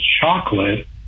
chocolate